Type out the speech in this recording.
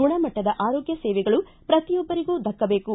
ಗುಣ ಮಟ್ಟದ ಆರೋಗ್ಡ ಸೇವೆಗಳು ಪ್ರತಿಯೊಬ್ಬರಿಗೂ ದಕ್ಕಬೇಕು